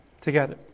together